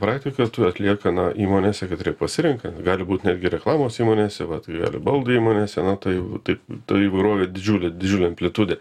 praktiką tu atlieka na įmonėse katrie pasirenka gali būt netgi reklamos įmonėse vat gali baldų įmonėse na tai taip ta įvairovė didžiulė didžiulė amplitudė